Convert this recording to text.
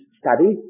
study